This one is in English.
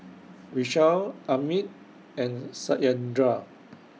Vishal Amit and Satyendra